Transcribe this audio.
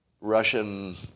Russian